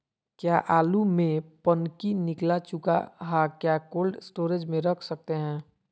क्या आलु में पनकी निकला चुका हा क्या कोल्ड स्टोरेज में रख सकते हैं?